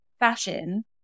fashion